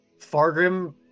Fargrim